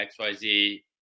XYZ